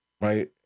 Right